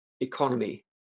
economy